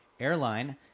Airline